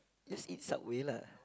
just eat Subway lah